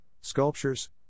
sculptures